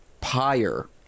pyre